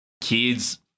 kids